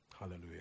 Hallelujah